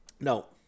No